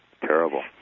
Terrible